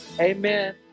Amen